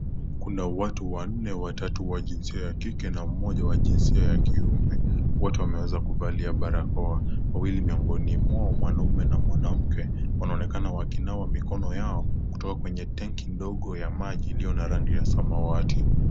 Kuna watu wanne watatu wa jinsia ya kike na mmoja wa jinsia ya kiume , wote wameweza kuvalia barakoa . Wawili mingoni mwao, mwanaume na mwanamke wanaonekana wakinawa mikono yao kutoka kwenye tenki ndogo ya maji iliyo na rangi ya samawati.